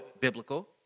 biblical